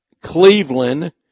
Cleveland